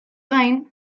gain